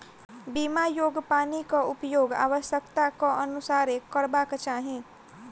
पीबा योग्य पानिक उपयोग आवश्यकताक अनुसारेँ करबाक चाही